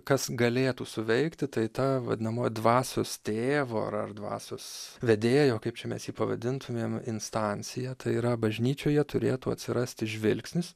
kas galėtų suveikti tai ta vadinamoji dvasios tėvo ar ar dvasios vedėjo kaip čia mes jį pavadintumėm instancija tai yra bažnyčioje turėtų atsirasti žvilgsnis